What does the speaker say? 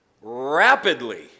rapidly